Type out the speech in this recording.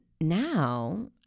now